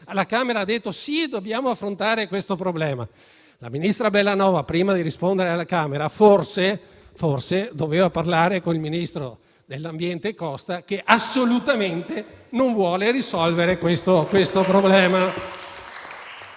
alla Camera, ha detto che dobbiamo affrontare questo problema. Il Ministro però, prima di rispondere, avrebbe forse dovuto parlare con il ministro dell'ambiente Costa, che assolutamente non vuole risolvere il problema.